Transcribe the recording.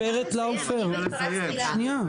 גברת לאופר, שנייה.